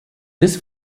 this